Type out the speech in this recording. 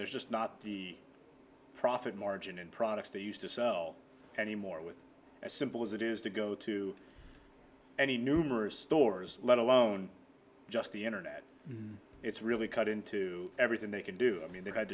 there's just not the profit margin in products that used to sell anymore with as simple as it is to go to any numerous stores let alone just the internet it's really cut into everything they can do i mean they've had